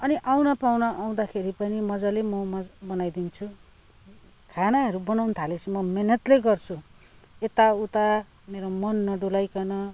अनि आउने पाहुना आउँदाखेरि मजाले म बनाइदिन्छु खानाहरू बनाउन थालेपछि म मिहिनेतले गर्छु यताउता मेरो मन नडुलाइकन